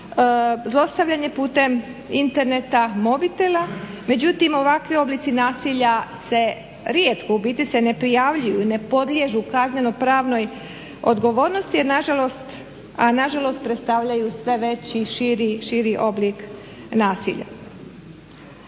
zlostavljanje putem interneta mobitela, međutim ovakvi oblici nasilja se rijetko u biti se ne prijavljuju i ne podliježu kazneno pravnoj odgovornosti, a nažalost predstavljaju sve veći i širi oblik nasilja.